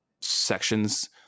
sections